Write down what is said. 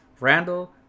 Randall